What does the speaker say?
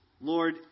Lord